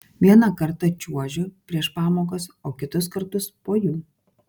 vieną kartą čiuožiu prieš pamokas o kitus kartus po jų